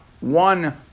one